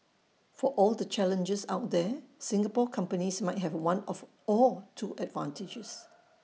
for all the challenges out there Singapore companies might have one or two advantages